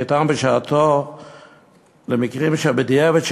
שניתן בשעתו למקרים שבדיעבד,